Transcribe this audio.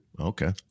Okay